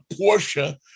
Porsche